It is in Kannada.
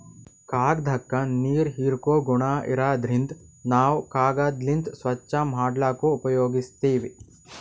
ಕಾಗ್ದಾಕ್ಕ ನೀರ್ ಹೀರ್ಕೋ ಗುಣಾ ಇರಾದ್ರಿನ್ದ ನಾವ್ ಕಾಗದ್ಲಿಂತ್ ಸ್ವಚ್ಚ್ ಮಾಡ್ಲಕ್ನು ಉಪಯೋಗಸ್ತೀವ್